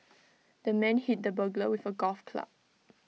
the man hit the burglar with A golf club